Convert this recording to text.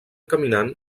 caminant